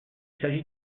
s’agit